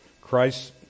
Christ